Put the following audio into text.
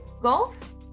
Golf